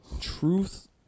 truth